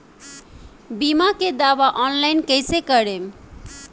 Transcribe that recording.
बीमा के दावा ऑनलाइन कैसे करेम?